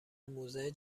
موزه